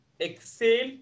exhale